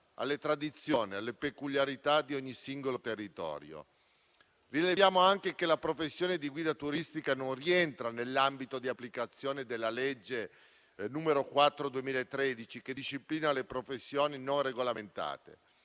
alle tradizioni e alle peculiarità di ogni singolo territorio. Rileviamo anche che la professione di guida turistica non rientra nell'ambito di applicazione della legge n. 4 del 2013, che disciplina le professioni non regolamentate.